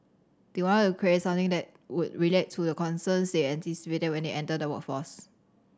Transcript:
they wanted create something that would relate to the concerns they anticipated when they enter the workforce